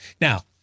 Now